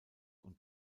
und